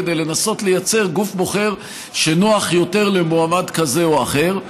כדי לנסות לייצר גוף בוחר שנוח יותר למועמד כזה או אחר.